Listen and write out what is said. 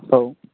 हो